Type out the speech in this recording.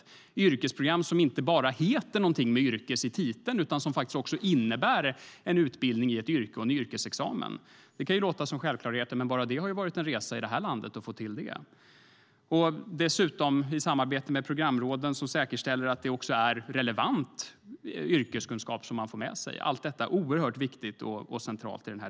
Det är yrkesprogram som inte bara heter något med yrkes i titeln utan också innebär en utbildning till ett yrke och en yrkesexamen. Det kan låta som självklarheter, men bara att få till det har varit en resa. I samarbete med programråden säkerställs att den yrkeskunskap man får med sig är relevant. Allt detta är oerhört viktigt och centralt.